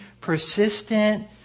persistent